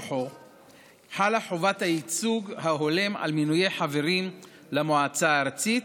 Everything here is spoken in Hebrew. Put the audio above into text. חלה חובת הייצוג ההולם על מינוי חברים למועצה הארצית,